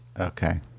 Okay